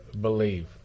believe